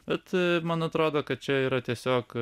bet man atrodo kad čia yra tiesiog